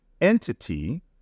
entity